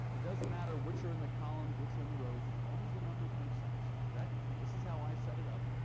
it doesn't matter which are in the columns, which are in the rows as long as the numbers make sense. okay? this is how i set it up.